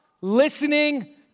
listening